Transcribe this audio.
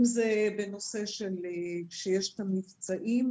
אם זה בנושא שיש מבצעים,